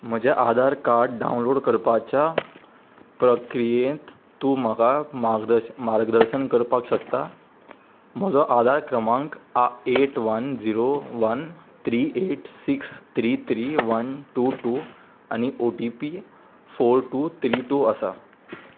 म्हजें Aadhaar card download करपाच्या प्रक्रियेंत तूं म्हाका मागदर्श मार्गदर्शन करपाक शकता म्हजो आदार क्रमांक eight one zero one three eight six three three one two two आनी O T P four two three two आसा